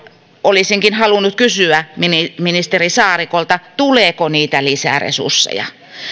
olisinkin halunnut kysyä ministeri ministeri saarikolta tuleeko niitä lisäresursseja